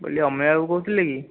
ମୁଁ କହିଲି ଅମିୟ ବାବୁ କହୁଥିଲେ କି